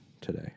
today